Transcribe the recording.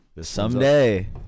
Someday